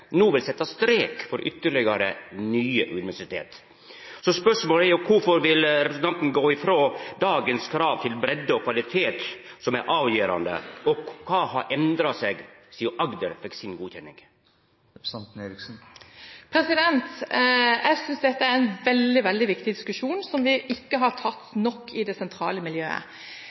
no vil setja strek for ytterlegare nye universitet. Så spørsmålet er: Kvifor vil representanten gå frå dagens krav til breidd og kvalitet, som er avgjerande, og kva har endra seg sidan Agder fekk si godkjenning? Jeg synes dette er en veldig viktig diskusjon, som vi ikke har tatt nok i det sentrale miljøet.